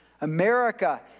America